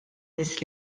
nies